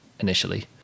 initially